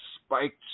spiked